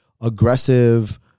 aggressive